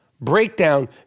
breakdown